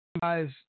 guys